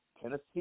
Tennessee